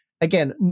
Again